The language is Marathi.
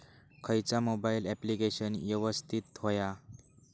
खयचा मोबाईल ऍप्लिकेशन यवस्तित होया?